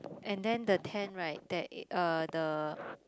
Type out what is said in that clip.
and then the tent right that uh the